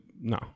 No